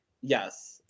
Yes